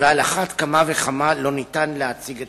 ועל אחת כמה וכמה לא ניתן להציג את